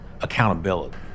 accountability